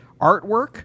artwork